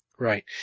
Right